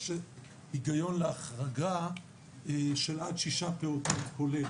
יש היגיון להחרגה של עד ששה פעוטות כולל